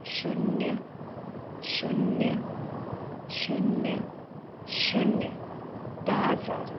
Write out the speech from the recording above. शुन्य शुन्य शुन्य शुन्य धा हजार